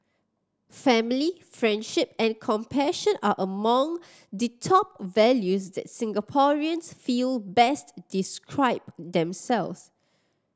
family friendship and compassion are among the top values that Singaporeans feel best describe themselves